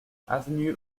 avenue